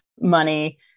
money